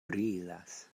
brilas